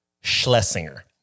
Schlesinger